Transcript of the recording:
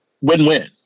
win-win